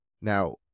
Now